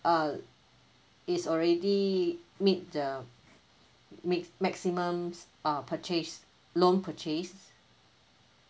uh is already meet the meet maximum uh purchase loan purchase